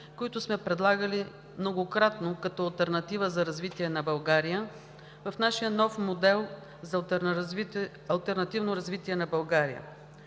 които сме предлагали многократно, като алтернатива за развитие на България в нашия нов модел за алтернативно развитие на България.